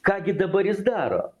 ką gi dabar jis daro